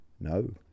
No